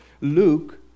Luke